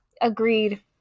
Agreed